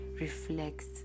reflects